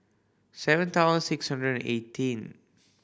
seven thousand six hundred and eighteen